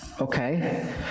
Okay